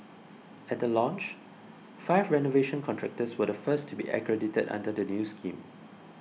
at the launch five renovation contractors were the first to be accredited under the new scheme